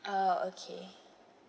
ah okay